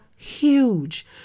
huge